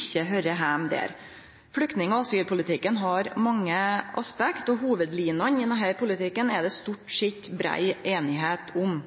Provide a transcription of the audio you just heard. ikkje høyrer heime der. Flyktning- og asylpolitikken har mange aspekt, og hovudlinene i denne politikken er det stort sett brei einigheit om.